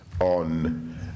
on